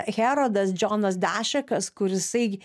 herodas džonas dašekas kurisai